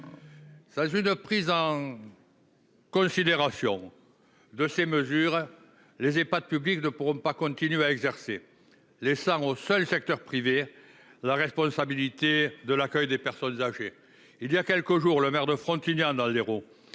Sans prise en considération de ces éléments, les Ehpad publics ne pourront pas continuer à exercer, laissant au seul secteur privé la responsabilité de l'accueil des personnes âgées. Voilà quelques jours, le maire de Frontignan, dans l'Hérault,